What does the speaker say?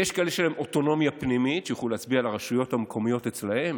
יש כאלה שיש להם אוטונומיה פנימית ויוכלו להצביע לרשויות המקומיות אצלם,